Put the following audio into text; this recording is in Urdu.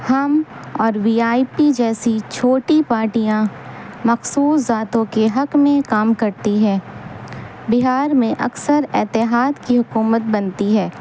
ہم اور وی آئی پی جیسی چھوٹی پارٹیاں مخصوص ذاتوں کے حق میں کام کرتی ہے بہار میں اکثر اتحاد کی حکومت بنتی ہے